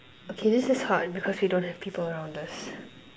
okay this is hard because we don't have people around us